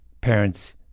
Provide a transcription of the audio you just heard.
parents